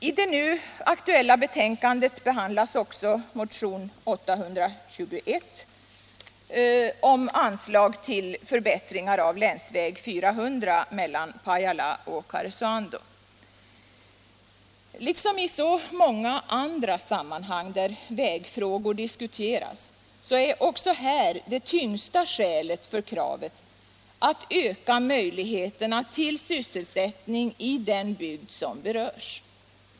I det nu aktuella betänkandet behandlas också motionen 821 om anslag till förbättringar av länsväg 400 mellan Pajala och Karesuando. Liksom i så många andra sammanhang där vägfrågor diskuteras är också här det tyngsta skälet för kravet att man behöver öka möjligheterna till sysselsättning i den bygd som berörs.